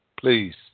please